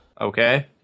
Okay